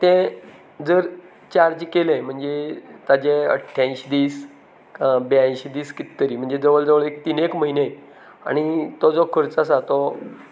तें जर चार्ज केलें म्हणजे ताचें अठ्यांशीं दीस ब्यायशीं दीस कित तरी म्हणजे जवळ जवळ एक तीन एक म्हयने आनी तो जो खर्च आसा तो